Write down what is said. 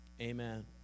Amen